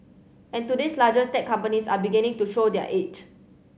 and today's largest tech companies are beginning to show their age